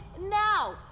now